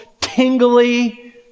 tingly